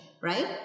right